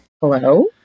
Hello